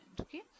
Okay